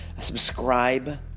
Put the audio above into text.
subscribe